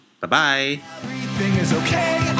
bye-bye